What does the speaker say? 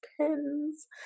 pins